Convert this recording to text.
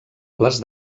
les